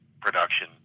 production